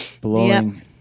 blowing